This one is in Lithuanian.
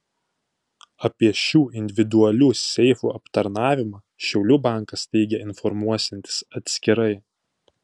apie šių individualių seifų aptarnavimą šiaulių bankas teigia informuosiantis atskirai